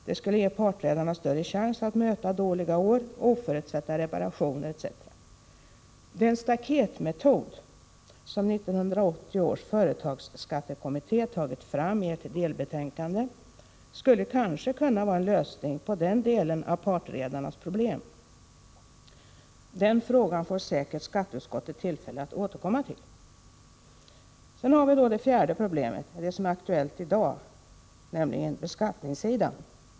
Det skulle ge partredarna större chans att möta dåliga år, oförutsedda reparationer etc. Den ”staketmetod” som 1980 års företagsskattekommitté tagit fram i ett delbetänkade skulle kanske kunna vara en lösning på den delen av partredarnas problem. Den frågan får säkert skatteutskottet tillfälle att återkomma till. Sedan har vi då det fjärde problemet, det som är aktuellt i dag, nämligen beskattningssidan.